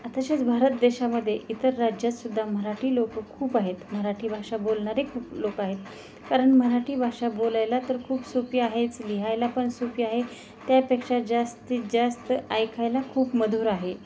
तसेच भारत देशामध्ये इतर राज्यात सुद्धा मराठी लोकं खूप आहेत मराठी भाषा बोलणारे खूप लोकं आहेत कारण मराठी भाषा बोलायला तर खूप सोपी आहेच लिहायला पण सोपी आहे त्यापेक्षा जास्तीत जास्त ऐकायला खूप मधुर आहे